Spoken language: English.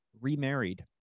remarried